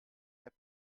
app